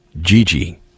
Gigi